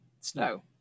snow